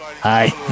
Hi